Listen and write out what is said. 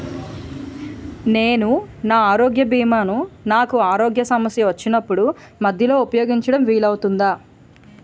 నేను నా ఆరోగ్య భీమా ను నాకు ఆరోగ్య సమస్య వచ్చినప్పుడు మధ్యలో ఉపయోగించడం వీలు అవుతుందా?